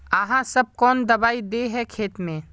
आहाँ सब कौन दबाइ दे है खेत में?